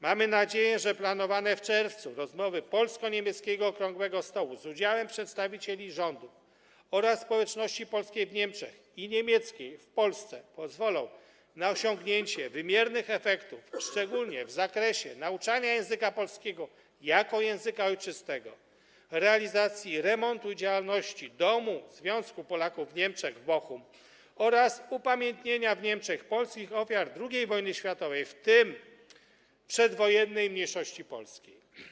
Mamy nadzieję, że planowane w czerwcu rozmowy polsko-niemieckiego okrągłego stołu z udziałem przedstawicieli rządu oraz społeczności polskiej w Niemczech i niemieckiej w Polsce pozwolą na osiągnięcie wymiernych efektów, szczególnie w zakresie nauczania języka polskiego jako języka ojczystego, realizacji remontu i działalności domu Związku Polaków w Niemczech w Bochum oraz upamiętnienia w Niemczech polskich ofiar II wojny światowej, w tym przedwojennej mniejszości polskiej.